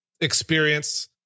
experience